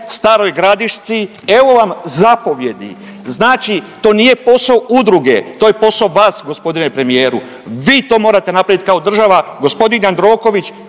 Staroj Gradišci, evo vam zapovijedi, znači to nije posao udruge, to je posao gospodine premijeru, vi to morate napraviti kao država, gospodin Jandroković,